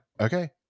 okay